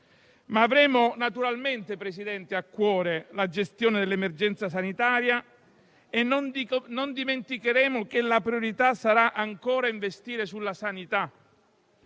avremo naturalmente a cuore la gestione dell'emergenza sanitaria e non dimenticheremo che la priorità sarà ancora investire sulla sanità.